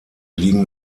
liegen